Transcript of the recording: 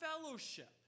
fellowship